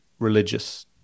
Religious